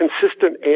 consistent